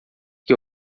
que